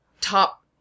top